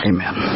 Amen